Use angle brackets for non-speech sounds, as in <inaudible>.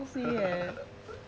<laughs>